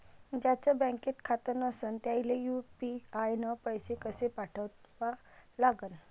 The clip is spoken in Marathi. ज्याचं बँकेत खातं नसणं त्याईले यू.पी.आय न पैसे कसे पाठवा लागन?